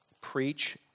preach